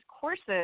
courses